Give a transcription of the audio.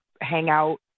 hangout